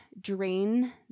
drain